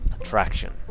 attraction